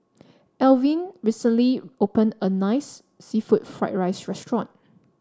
Alvin recently opened a nice seafood Fried Rice restaurant